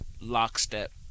lockstep